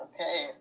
Okay